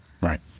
Right